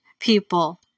people